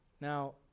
Now